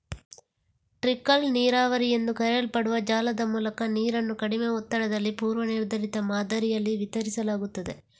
trickle ನೀರಾವರಿ ಎಂದು ಕರೆಯಲ್ಪಡುವ ಜಾಲದ ಮೂಲಕ ನೀರನ್ನು ಕಡಿಮೆ ಒತ್ತಡದಲ್ಲಿ ಪೂರ್ವ ನಿರ್ಧರಿತ ಮಾದರಿಯಲ್ಲಿ ವಿತರಿಸಲಾಗುತ್ತದೆ